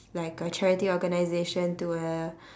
like a charity organization to a